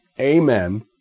Amen